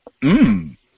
Mmm